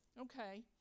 Okay